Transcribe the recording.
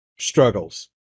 struggles